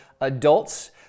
adults